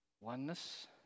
oneness